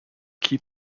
key